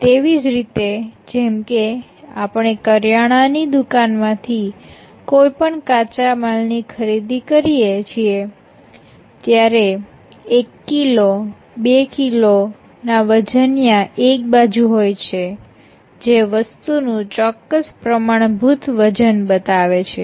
તેવી જ રીતે જેમકે આપણે કરિયાણાની દુકાનમાંથી કોઈ પણ કાચા માલની ખરીદી કરીએ છીએ ત્યારે એક કિલો બે કિલો ના વજનીયાં એકબાજું હોય છે જે વસ્તુ નું ચોક્કસ પ્રમાણભૂત વજન બતાવે છે